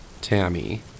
Tammy